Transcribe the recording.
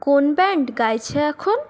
কোন ব্যান্ড গাইছে এখন